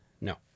No